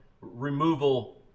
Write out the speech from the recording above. removal